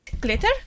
Glitter